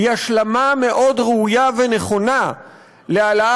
היא השלמה מאוד ראויה ונכונה להעלאת,